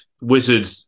Wizard